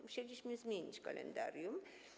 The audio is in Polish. Musieliśmy zmienić kalendarium.